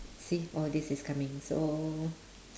see all this is coming so